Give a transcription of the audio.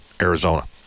arizona